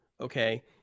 Okay